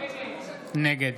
נגד